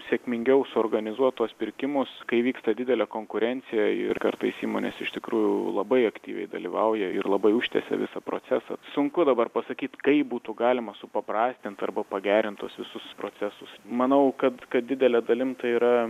sėkmingiau suorganizuot tuos pirkimus kai vyksta didelė konkurencija ir kartais įmonės iš tikrųjų labai aktyviai dalyvauja ir labai užtęsia visą procesą sunku dabar pasakyt kaip būtų galima supaprastint arba pagerint tuos visus procesus manau kad kad didele dalim tai yra